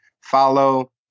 follow